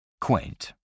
Quaint